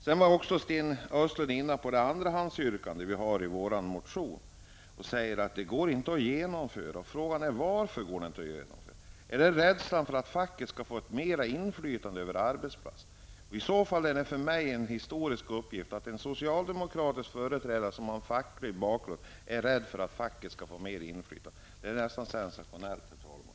Sten Östlund kom också in på andrahandsyrkandet i vår motion. Han sade att det inte går att genomföra vad vi kräver. Frågan är varför det inte går att göra det. Handlar det om en rädsla för att facket skall få ett större inflytande över arbetsplatserna? Om det är så, framstår det för mig som historiskt att en socialdemokratisk företrädare med facklig bakgrund är rädd för att facket skall få ett större inflytande. Detta är, herr talman, nästintill sensationellt.